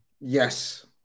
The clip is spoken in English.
Yes